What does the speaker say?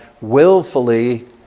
willfully